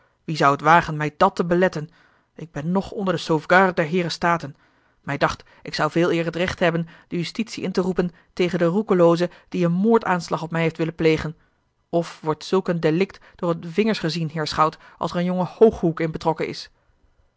wie zou het wagen mij dàt te beletten ik ben ng onder de sauve garde der heeren staten mij dacht ik zou veeleer het recht hebben de justitie in te roepen tegen den roekelooze die een moordaanslag op mij heeft willen plegen f wordt zulk een délict door de vingers gezien heer schout als er een jonge hogenhoeck in betrokken is